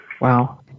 Wow